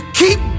keep